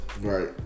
Right